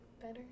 better